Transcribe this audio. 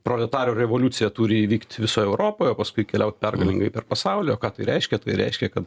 proletarų revoliucija turi įvykt visoj europoj o paskui keliaut pergalingai per pasaulį o ką tai reiškia tai reiškia kad